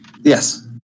Yes